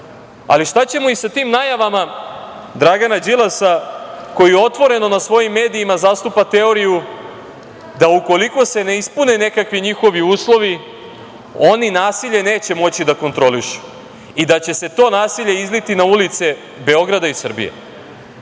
ali šta ćemo sa tim najavama Dragana Đilasa koji otvoreno na svojim medijima zastupa teoriju da, ukoliko se ne ispune nekakvi njihovi uslovi, oni nasilje neće moći da kontrolišu i da će se to nasilje izliti na ulice Beograda i Srbije? Evo,